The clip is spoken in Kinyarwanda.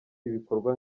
ibikorwa